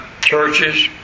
churches